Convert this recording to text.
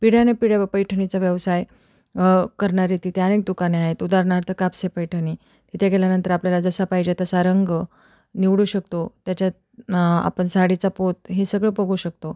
पिढ्यानपिढ्या पैठणीचा व्यवसाय करणारे तिथे अनेक दुकाने आहेत उदारणार्थ कापसे पैठणी तिथे गेल्यानंतर आपल्याला जसा पाहिजे तसा रंग निवडू शकतो त्याच्यात आपण साडीचा पोत हे सगळं बघू शकतो